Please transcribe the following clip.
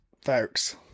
folks